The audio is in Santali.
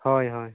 ᱦᱳᱭ ᱦᱳᱭ